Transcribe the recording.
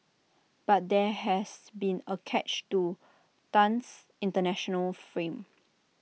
but there has been A catch to Tan's International frame